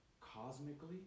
cosmically